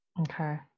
Okay